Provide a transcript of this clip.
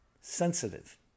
sensitive